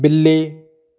ਬਿੱਲੀ